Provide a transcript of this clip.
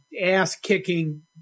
ass-kicking